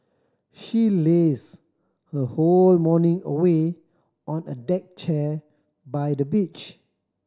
she lazed her whole morning away on a deck chair by the beach